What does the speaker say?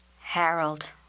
Harold